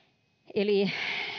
eli